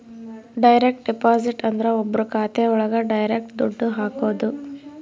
direct deposit ಅಂದ್ರ ಒಬ್ರು ಖಾತೆ ಒಳಗ ಡೈರೆಕ್ಟ್ ದುಡ್ಡು ಹಾಕೋದು